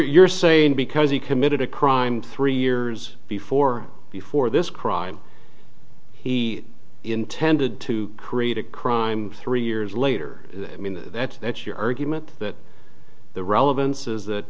ou're saying because he committed a crime three years before before this crime he intended to create a crime three years later i mean that that's your argument that the relevance is that